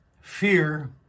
Fear